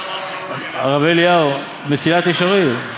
הרב אליהו, "מסילת ישרים".